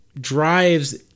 drives